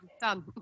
Done